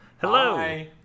Hello